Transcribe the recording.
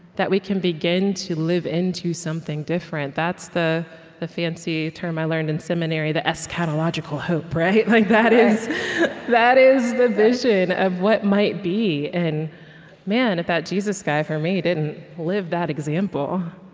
that we can begin to live into something different that's the the fancy term i learned in seminary the eschatological hope. like that is that is the vision of what might be. and man, if that jesus guy, for me, didn't live that example.